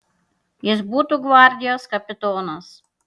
jis būtų gvardijos kapitonas